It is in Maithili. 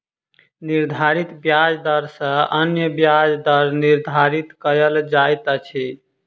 निर्धारित ब्याज दर सॅ अन्य ब्याज दर निर्धारित कयल जाइत अछि